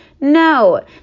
No